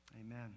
Amen